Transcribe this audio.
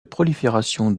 prolifération